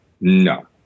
No